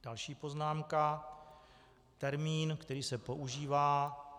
Další poznámka termín, který se používá.